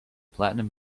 platinum